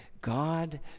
God